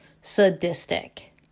sadistic